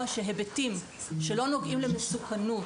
שתיקבע לגבי היבטים שלא נוגעים למסוכנות,